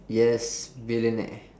yes billionaire